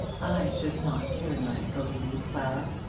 i should not tyrannise over you, clara.